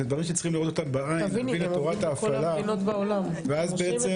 זה דברים שצריך לראות אותם בעין להבין את תורת ההפעלה ואז בעצם